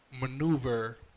maneuver